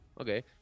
Okay